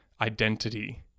identity